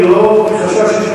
אני לא נדרתי את הנדר כי לא חשבתי,